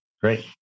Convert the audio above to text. great